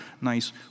nice